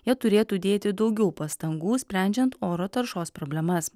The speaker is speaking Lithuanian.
jie turėtų dėti daugiau pastangų sprendžiant oro taršos problemas